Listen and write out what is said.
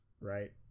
right